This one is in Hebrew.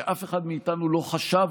שאף אחד מאיתנו לא חשב,